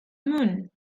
moon